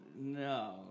No